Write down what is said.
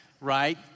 right